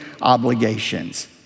obligations